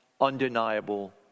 undeniable